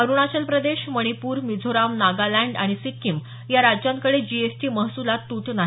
अरुणाचल प्रदेश मणिपूर मिझोराम नागालँड आणि सिक्कीम या राज्यांकडे जीएसटी महसूलात तूट नाही